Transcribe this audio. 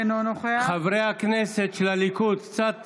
אינו נוכח חברי הכנסת של הליכוד, קצת